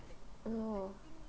oh